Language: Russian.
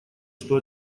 что